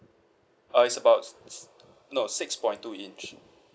uh it's about s~ no six point two inch